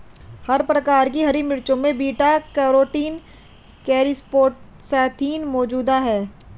हर प्रकार की हरी मिर्चों में बीटा कैरोटीन क्रीप्टोक्सान्थिन मौजूद हैं